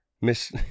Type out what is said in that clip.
Miss